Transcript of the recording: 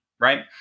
Right